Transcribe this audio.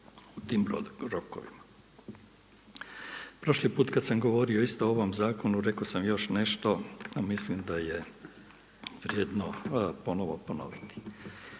u tim rokovima. Prošli put kada sam govorio isto o ovom zakonu rekao sam još nešto a mislim da je vrijedno ponovno ponoviti.